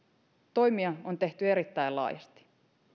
toimia on tehty erittäin laajasti